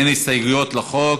אין הסתייגויות לחוק